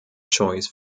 choice